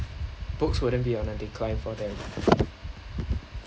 books wouldn't be on a decline for them